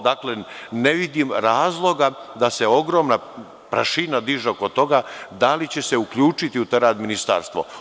Dakle, ne vidim razloga da se ogromna prašina diže oko toga, da li će se uključiti u taj rad Ministarstvo.